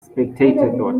spectator